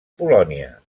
polònia